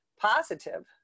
Positive